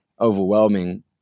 overwhelming